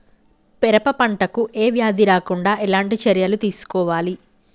పెరప పంట కు ఏ వ్యాధి రాకుండా ఎలాంటి చర్యలు తీసుకోవాలి?